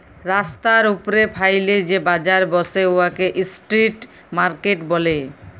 রাস্তার উপ্রে ফ্যাইলে যে বাজার ব্যসে উয়াকে ইস্ট্রিট মার্কেট ব্যলে